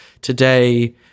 today